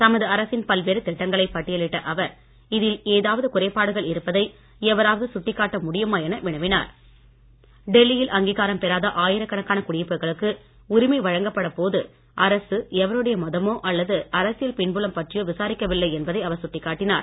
தமது அரசின் பல்வேறு திட்டங்களை பட்டியலிட்ட அவர் இதில் ஏதாவது குறைபாடுகள் இருப்பதை யவராது சுட்டிக் காட்டி முடியுமா என வினவினார் டெல்லியில் குடியிருப்புகளுக்கு உரிமை வழங்கப்பட்ட போது அரசு எவருடைய மதமோ அல்லது அரசியல் பின்புலம் பற்றியோ விசாரிக்கவில்லை என்பதை அவர் சுட்டிக் காட்டினார்